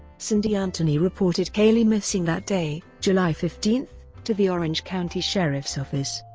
cindy anthony reported caylee missing that day, july fifteen, to the orange county sheriff's office.